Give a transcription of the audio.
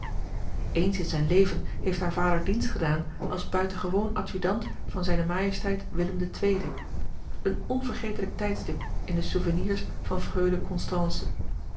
eens in zijn leven heeft haar vader dienst gedaan als buitengewoon adjudant van z m willem ii een onvergetelijk tijdstip in de souvenirs van freule constance